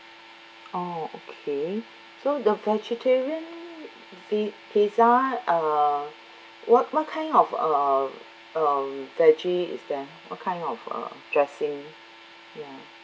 oh okay so the vegetarian the pizza uh what what kind of uh um veggie is there what kind of uh dressing ya